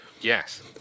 Yes